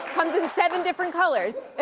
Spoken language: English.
comes in seven different colors.